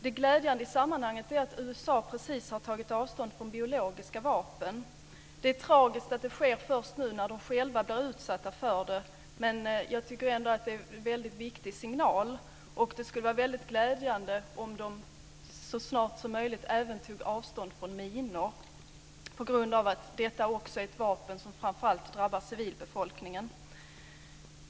Det glädjande i sammanhanget är att USA precis har tagit avstånd från biologiska vapen. Det är tragiskt att det sker först nu när man själv blir utsatt för det, men jag tycker ändå att det är en väldigt viktig signal. Det skulle vara väldigt glädjande om USA så snart som möjligt även tog avstånd från minor, då detta är ett vapen som framför allt drabbar civilbefolkningen.